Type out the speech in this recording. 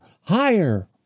higher